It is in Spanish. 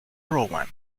rowan